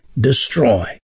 destroy